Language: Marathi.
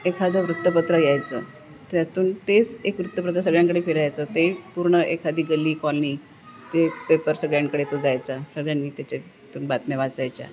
एखादं वृत्तपत्र यायचं त्यातून तेच एक वृत्तपत्र सगळ्यांकडे फिरायचं ते पूर्ण एखादी गल्ली कॉलनी ते पेपर सगळ्यांकडे तो जायचा सगळ्यांनी त्याच्यातून बातम्या वाचायच्या